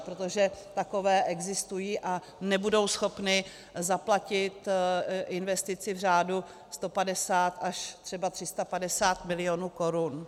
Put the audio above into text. Protože takové existují a nebudou schopny zaplatit investici v řádu 150 až třeba 350 milionů korun.